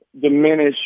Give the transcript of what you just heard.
Diminish